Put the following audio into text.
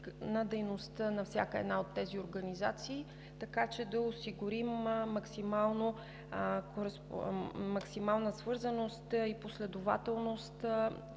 на дейността на всяка една от тези организации, така че да осигурим максимална свързаност и последователност,